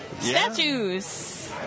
Statues